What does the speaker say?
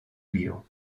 dio